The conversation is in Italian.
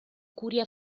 curia